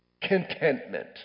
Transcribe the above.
contentment